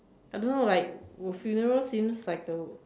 I don't know like would funeral seems like a